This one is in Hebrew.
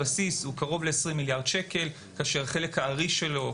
הבסיס קרוב ל-20 מיליארד שקל כאשר חלק הארי שלו,